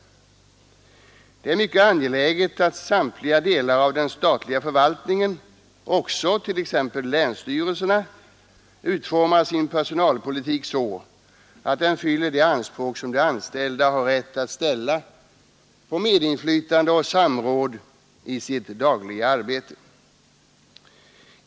Det är mycket angeläget att samtliga delar av den statliga förvaltningen, också t.ex. länsstyrelserna, utformar sin personalpolitik så att den fyller de anspråk som de anställda har rätt att ställa på medinflytande och samråd i sitt dagliga arbete.